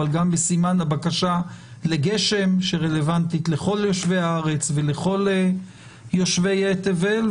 אבל גם בסימן הבקשה לגשם שרלוונטית לכל יושבי הארץ ולכל יושבי תבל.